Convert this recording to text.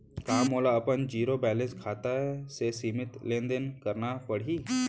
का मोला अपन जीरो बैलेंस खाता से सीमित लेनदेन करना पड़हि?